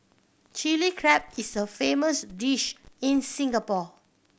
Chilli Crab is a famous dish in Singapore